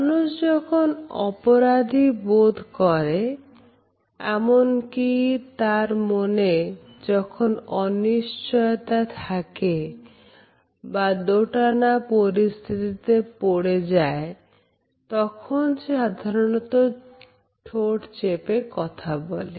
মানুষ যখন অপরাধী বোধ করে এমনকি তার মনে যখন অনিশ্চয়তা থাকে বা দোটানা পরিস্থিতিতে পড়ে যায় তখন সে সাধারণত ঠোঁট চেপে কথা বলে